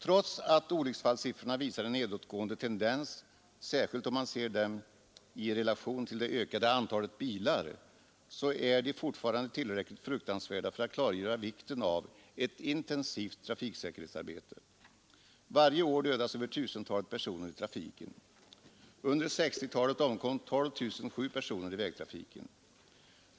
Trots att olyckssiffrorna visar en nedåtgående tendens, särskilt om man ser dem i relation till det ökade antalet bilar, är de fortfarande tillräckligt fruktansvärda för att klargöra vikten av ett intensivt trafiksäkerhetsarbete. Varje år dödas över 1 000 personer i trafiken. Under 1960-talet omkom 12 007 personer i vägtrafiken.